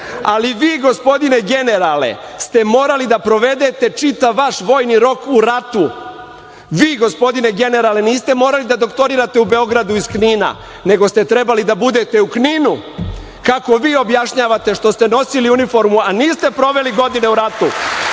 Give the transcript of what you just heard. ali vi, gospodine generale, ste morali da provedete čitav vaš vojni rok u ratu. Gospodine generale, niste morali da doktorirate u Beogradu iz Knina, nego ste trebali da budete u Kninu. Kako vi objašnjavate što ste nosili uniformu, a niste proveli godine u ratu